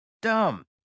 Dumb